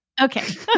Okay